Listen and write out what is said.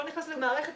הכול נכנס למערכת,